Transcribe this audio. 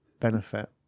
benefit